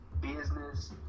business